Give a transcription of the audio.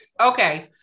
Okay